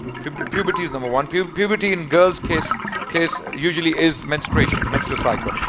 puberty puberty is number one puberty in girls case case usually is menstruation. menstrual cycle.